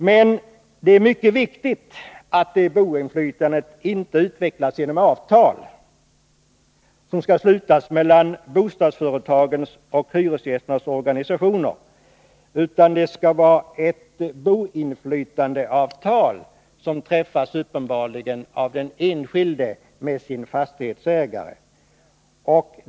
Men det är mycket viktigt att det boinflytandet inte utvecklas genom avtal mellan bostadsföretagens och hyresgästernas organisationer, utan det skall uppenbarligen vara ett boinflytandeavtal som träffas av den enskilde med sin fastighetsägare.